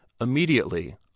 Immediately